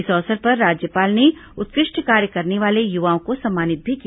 इस अवसर पर राज्यपाल ने उत्कृष्ट कार्य करने वाले युवाओं को सम्मानित भी किया